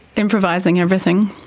improvising everything?